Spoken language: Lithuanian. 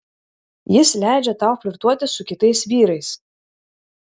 jis leidžia tau flirtuoti su kitais vyrais